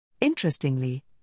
Interestingly